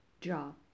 job